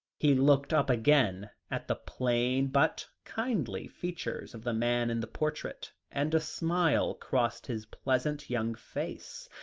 he looked up again at the plain but kindly features of the man in the portrait, and a smile crossed his pleasant young face,